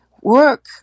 work